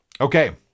Okay